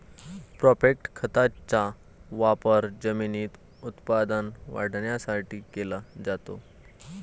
phosphate खताचा वापर जमिनीत उत्पादन वाढवण्यासाठी केला जातो